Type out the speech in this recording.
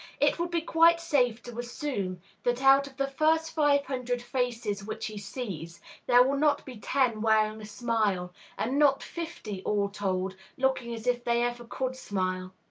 it would be quite safe to assume that out of the first five hundred faces which he sees there will not be ten wearing a smile, and not fifty, all told, looking as if they ever could smile.